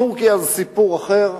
טורקיה זה סיפור אחר,